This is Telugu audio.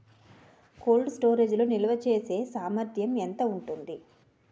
కోల్డ్ స్టోరేజ్ లో నిల్వచేసేసామర్థ్యం ఎంత ఉంటుంది?